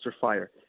fire